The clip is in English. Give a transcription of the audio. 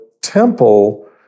temple